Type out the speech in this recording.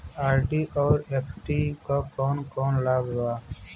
RD और FD क कौन कौन लाभ बा?